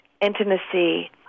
intimacy